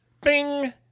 Bing